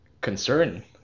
concern